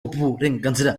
burenganzira